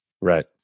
Right